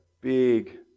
big